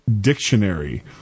dictionary